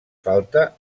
falta